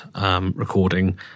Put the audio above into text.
recording